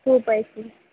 scoop ice cream